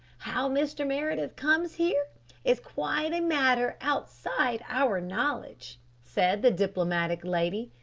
how mr. meredith comes here is quite a matter outside our knowledge, said the diplomatic lady,